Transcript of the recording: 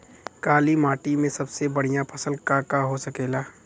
काली माटी में सबसे बढ़िया फसल का का हो सकेला?